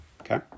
okay